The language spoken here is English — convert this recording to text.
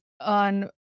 on